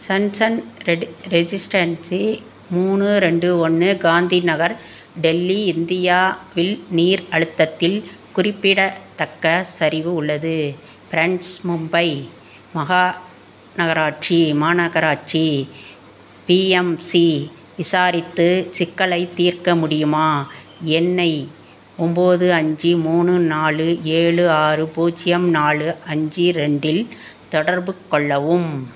sunshine ready residency மூணு ரெண்டு ஒன்று காந்தி நகர் டெல்லி இந்தியாவில் நீர் அழுத்தத்தில் குறிப்பிடத் தக்க சரிவு உள்ளது ஃப்ரெண்ட்ஸ் மும்பை மகா நகராட்சி மாநகராட்சி பிஎம்சி விசாரித்து சிக்கலைத் தீர்க்க முடியுமா என்னை ஒன்போது அஞ்சு மூணு நாலு ஏலு ஆறு பூஜ்ஜியம் நாலு அஞ்சு ரெண்டில் தொடர்புக் கொள்ளவும்